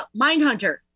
Mindhunter